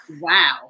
Wow